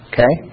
Okay